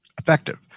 effective